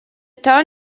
town